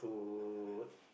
to